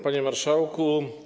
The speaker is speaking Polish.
Panie Marszałku!